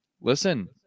listen